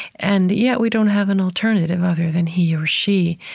and yet, we don't have an alternative, other than he or she.